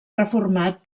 reformat